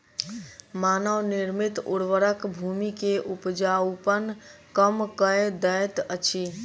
मानव निर्मित उर्वरक भूमि के उपजाऊपन कम कअ दैत अछि